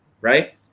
right